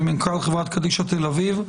ומנכ"ל חברת קדישא תל אביב,